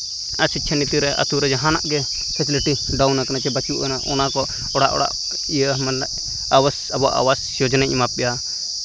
ᱟᱨ ᱥᱤᱪᱪᱷᱟ ᱱᱤᱛᱤ ᱨᱮ ᱟᱹᱛᱩ ᱨᱮ ᱡᱟᱦᱟᱱᱟᱜ ᱜᱮ ᱯᱷᱮᱥᱞᱤᱴᱤ ᱰᱟᱣᱩᱱ ᱠᱟᱱᱟ ᱪᱮ ᱵᱟᱹᱪᱩᱜᱼᱟ ᱚᱱᱟ ᱠᱚ ᱚᱲᱟᱜ ᱚᱲᱟᱜ ᱤᱭᱟᱹ ᱢᱟᱱᱮ ᱟᱵᱟᱥ ᱟᱵᱟᱥ ᱡᱳᱡᱚᱱᱟᱧ ᱮᱢᱟ ᱯᱮᱭᱟ